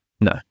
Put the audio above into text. No